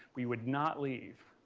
we would not leave.